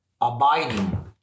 abiding